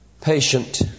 patient